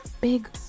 big